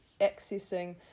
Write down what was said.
accessing